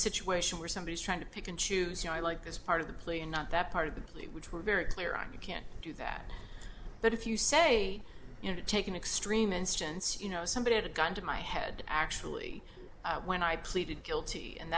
situation where somebody is trying to pick and choose you know i like this part of the play and not that part of the play which we're very clear on you can't do that but if you say you know to take an extreme instance you know somebody had a gun to my head actually when i pleaded guilty and